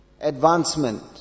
advancement